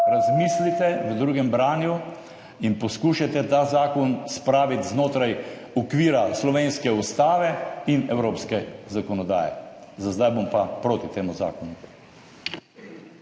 razmislite v drugem branju in poskušajte ta zakon spraviti v okvir slovenske ustave in evropske zakonodaje. Za zdaj bom pa proti temu zakonu.